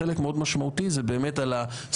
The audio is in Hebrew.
חלק מאוד משמעותי זה באמת על הסיבה,